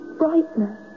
brightness